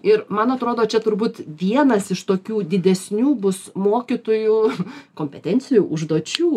ir man atrodo čia turbūt vienas iš tokių didesnių bus mokytojų kompetencijų užduočių